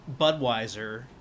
Budweiser